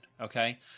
okay